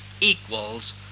equals